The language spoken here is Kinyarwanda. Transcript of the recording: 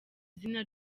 izina